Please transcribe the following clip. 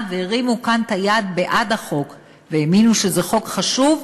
והרימו כאן את היד בעד החוק והאמינו שזה חוק חשוב,